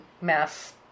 mass